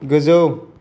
गोजौ